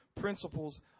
principles